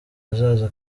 hazaza